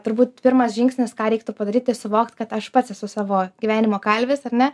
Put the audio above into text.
turbūt pirmas žingsnis ką reiktų padaryt tai suvokt kad aš pats esu savo gyvenimo kalvis ar ne